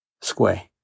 Square